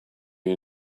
you